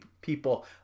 people